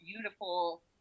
beautiful